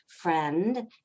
friend